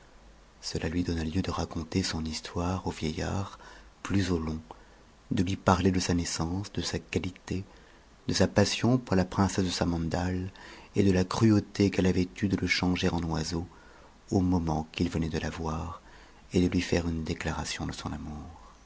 cela lui donna lieu tc raconter son histoire au vieillard plus au long de lui parler de sa na ssance de sa qualité de sa passion pour la princesse desamandal et df ta cruauté qu'elle avait eue de le changer en oiseau au moment qu'il venait de la voir et de lui faire une déclaration de son amour